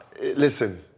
Listen